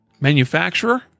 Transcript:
manufacturer